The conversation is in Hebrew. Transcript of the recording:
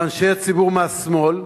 ולאנשי ציבור מהשמאל,